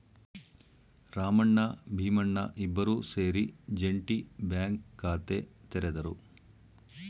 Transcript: ರಾಮಣ್ಣ ಭೀಮಣ್ಣ ಇಬ್ಬರೂ ಸೇರಿ joint bank ಖಾತೆ ತೆರೆದರು